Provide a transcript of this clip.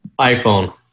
iPhone